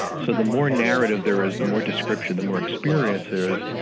so the more narrative there is, the more description, the more experience there is,